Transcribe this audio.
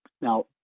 Now